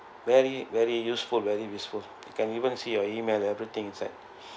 very very useful very useful you can even see your email everything inside